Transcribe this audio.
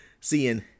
seeing